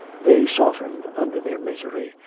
they softened under their misery,